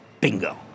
Bingo